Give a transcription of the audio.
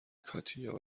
کاتیا